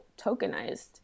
tokenized